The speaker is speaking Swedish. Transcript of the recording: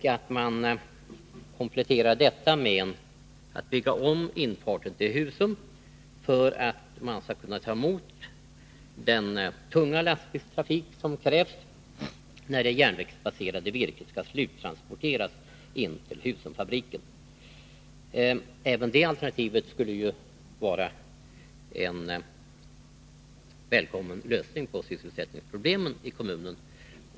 Detta skulle kompletteras med en ombyggnad av infarten till Husum, för att man skall kunna ta emot den tunga lastbilstrafik som krävs när det järnvägsbaserade virket skall sluttransporteras till Husumsfabriken. Även det alternativet skulle kunna utgöra en välkommen lösning på sysselsättningsproblemen i kommunen.